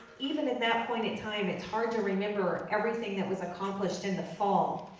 even in that point in time, it's hard to remember everything that was accomplished in the fall.